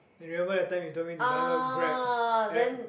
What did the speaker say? you remember that time you told me to download Grab app